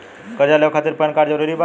कर्जा लेवे खातिर पैन कार्ड जरूरी बा?